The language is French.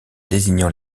désignant